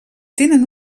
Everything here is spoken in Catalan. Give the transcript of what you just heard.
tenen